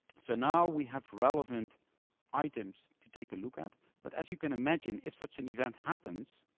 so now, we have relevant items to take a look at. but as you can imagine, if such an event happens,